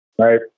right